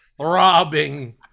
throbbing